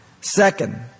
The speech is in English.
Second